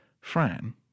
Fran